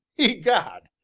egad!